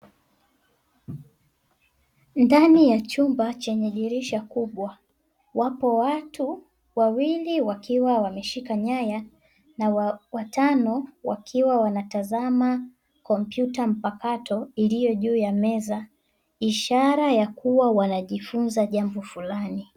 Ndani ya chumba chenye dirisha kubwa, wapo watu wawili wakiwa wameshika nyaya, na watano wakiwa wanatazama kompyuta mpakato iliyo juu ya meza, ishara ya kuwa wanajifunza jambo fulani.